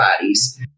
bodies